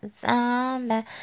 zombie